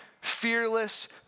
fearless